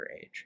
age